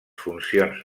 funcions